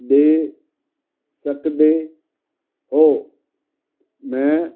ਦੇ ਸਕਦੇ ਹੋ ਮੈਂ